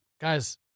guys